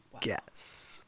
guess